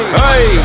hey